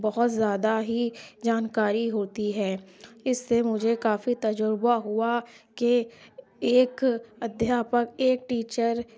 بہت زیادہ ہی جانکاری ہوتی ہے اس سے مجھے کافی تجربہ ہوا کہ ایک ادھیاپک ایک ٹیچر